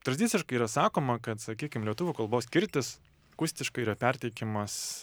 tradiciškai yra sakoma kad sakykim lietuvių kalbos kirtis akustiškai yra perteikimas